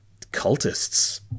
cultists